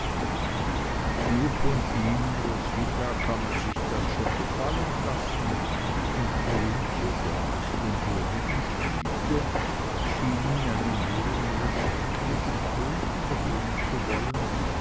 nu von ihnen roswitha kann man sich das schon gefallen lassen und kruse der meist den würdigen spielte schien in einen mehr und mehr schäkrigen ton übergehen zu wollen